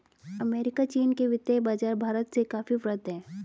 America चीन के वित्तीय बाज़ार भारत से काफी वृहद हैं